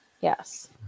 Yes